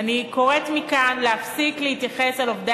ואני קוראת מכאן להפסיק להתייחס אל עובדי